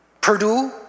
Purdue